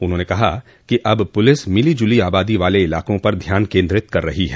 उन्होंने कहा कि अब पुलिस मिली जुली आबादी वाले इलाकों पर ध्यान केन्द्रित कर रही है